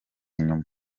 inyuma